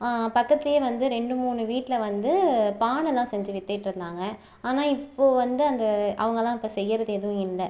பக்கத்துலேயே வந்து ரெண்டு மூணு வீட்டில் வந்து பானைல்லாம் செஞ்சு விற்றுட்டு இருந்தாங்க ஆனால் இப்போ வந்து அந்த அவங்க எல்லாம் இப்போ செய்கிறது எதுவும் இல்லை